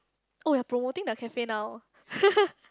oh you're promoting the cafe now